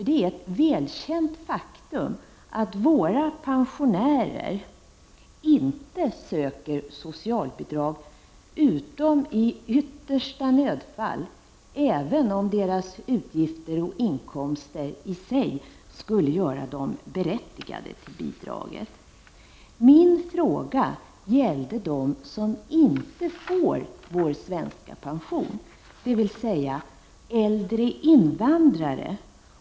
Det är ett välkänt faktum att våra pensionärer inte söker socialbidrag, utom i yttersta nödfall, även om deras utgifter och inkomster i sig skulle göra dem berättigade till bidrag. Min fråga gällde dem som inte får vår svenska pension, dvs. äldre invandrare.